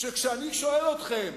שכשאני שואל אתכם